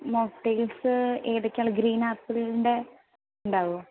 mocktails ഏതൊക്കെയാണ് ഉള്ളത് green ആപ്പിളിൻറെ ഉണ്ടാവുമോ